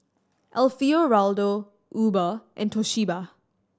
Alfio Raldo Uber and Toshiba